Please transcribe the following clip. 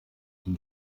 die